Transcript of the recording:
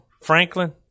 Franklin